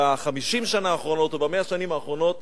ב-50 שנה האחרונות או ב-100 השנים האחרונות,